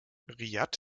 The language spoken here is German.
riad